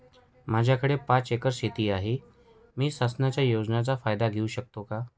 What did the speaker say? माझ्याकडे पाच एकर शेती आहे, मी शासनाच्या योजनेचा फायदा घेऊ शकते का?